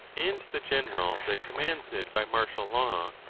and the general that commands it by martial law,